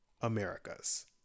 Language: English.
Americas